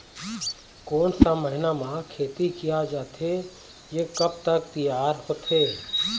कोन सा महीना मा खेती किया जाथे ये कब तक तियार होथे?